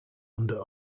under